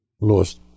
lost